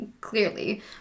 clearly